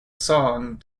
song